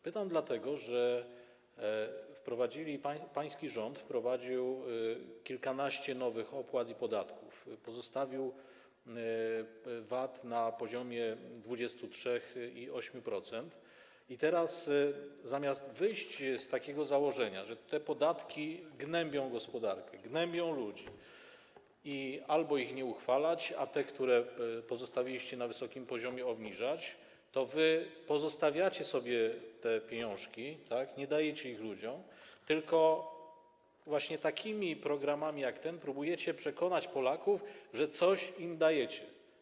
Pytam dlatego, że pański rząd wprowadził kilkanaście nowych opłat i podatków, pozostawił VAT na poziomie 23% i 8% i teraz, zamiast wyjść z takiego założenia, że te podatki gnębią gospodarkę, gnębią ludzi i albo ich nie uchwalać, albo te, które pozostawiliście na wysokim poziomie, obniżać, to pozostawiacie sobie pieniążki, nie dajecie ich ludziom, tylko właśnie takimi programami jak ten próbujecie przekonać Polaków, że coś im dajecie.